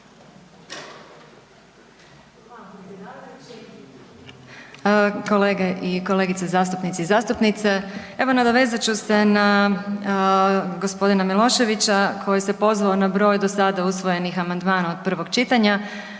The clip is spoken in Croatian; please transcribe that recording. Kolege i kolegice zastupnici i zastupnice, evo nadovezat ću se na g. Miloševića koji se pozvao na broj do sada usvojenih amandmana od prvog čitanja,